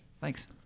thanks